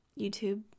YouTube